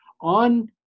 on